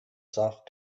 soft